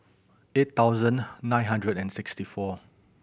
eight thousand nine hundred and sixty four